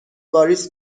واریز